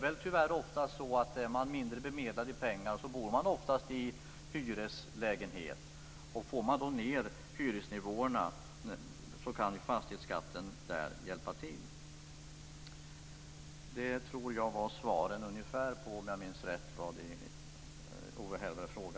Har man mindre pengar bor man oftast i hyreslägenhet, och en sänkning av fastighetsskatten skulle bidra till en sänkning av hyresnivåerna.